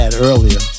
earlier